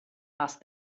asked